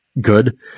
good